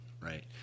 Right